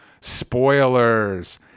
spoilers